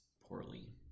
poorly